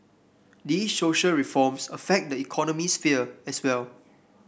these social reforms affect the economics sphere as well